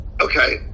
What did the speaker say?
Okay